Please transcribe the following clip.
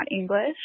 English